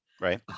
right